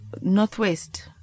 northwest